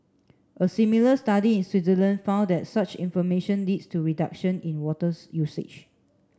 a similar study in Switzerland found that such information leads to reduction in waters usage